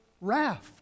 raft